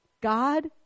God